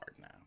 now